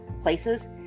places